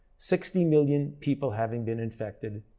sixty million people having been infected,